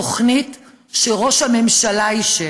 תוכנית שראש הממשלה אישר,